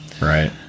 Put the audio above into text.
Right